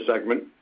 segment